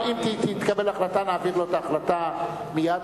אם תתקבל החלטה נעביר לו את ההחלטה מייד,